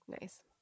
Nice